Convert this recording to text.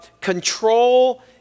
control